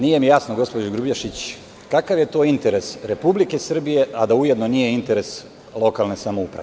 Nije mi jasno gospođo Grubješić kakav je to interes Republike Srbije a da ujedno nije interes lokalne samouprave?